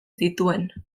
zituen